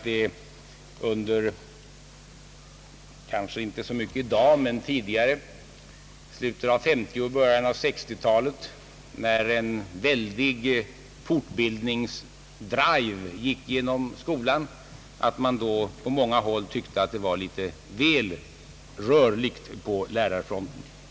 Det är kanske inte så i dag, men i slutet på 1950-talet och i början på 1960-talet, när en väldig fortbildningsdrive gick genom skolan, då tyckte man på många håll att det var litet väl rörligt på lärarfronten.